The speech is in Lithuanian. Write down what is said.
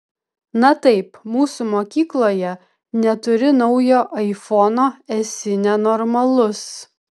na taip mūsų mokykloje neturi naujo aifono esi nenormalus